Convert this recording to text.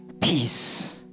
Peace